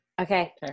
Okay